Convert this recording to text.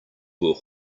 were